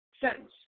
sentence